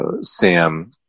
Sam